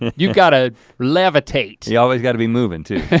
you've gotta levitate. you always gotta be movin' too.